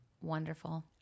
wonderful